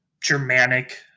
Germanic